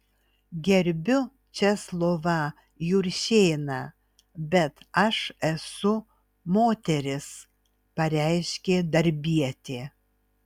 gerbiu česlovą juršėną bet aš esu moteris pareiškė darbietė